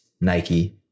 Nike